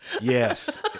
yes